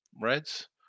Reds